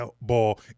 ball